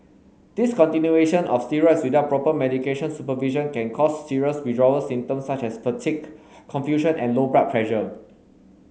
discontinuation of steroids without proper medical supervision can cause serious withdrawal symptoms such as fatigue confusion and low blood pressure